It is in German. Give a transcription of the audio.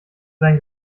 seinen